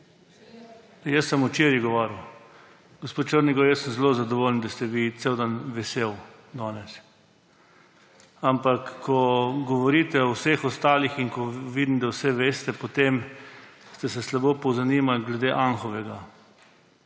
Jaz sem včeraj govoril. Gospod Černigoj, jaz sem zelo zadovoljen, da ste vi danes cel dan veseli. Ampak ko govorite o vseh ostalih in ko vidim, da vse veste, potem ste se slabo pozanimali glede Anhovega.